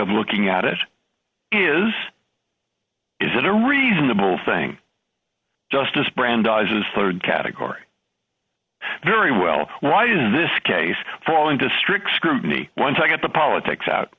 of looking at it is is that a reasonable thing justice brandeis is rd category very well why isn't this case falling to strict scrutiny once i get the politics out